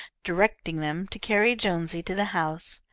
directing them to carry jonesy to the house,